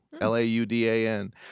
L-A-U-D-A-N